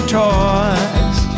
toys